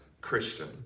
Christian